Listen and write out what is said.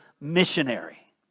missionary